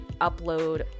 upload